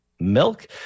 milk